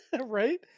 Right